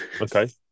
Okay